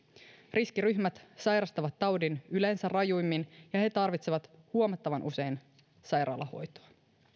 riskiryhmät sairastavat taudin yleensä rajuimmin ja he tarvitsevat huomattavan usein sairaalahoitoa